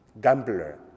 gambler